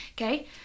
okay